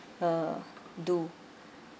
uh do